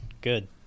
Good